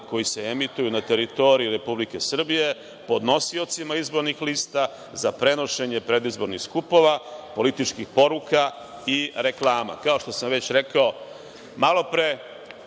koji se emituju na teritoriji Republike Srbije podnosiocima izbornih lista za prenošenje predizbornih skupova, političkih poruka i reklama“.Kao što sam već malopre